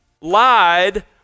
Lied